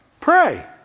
Pray